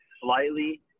slightly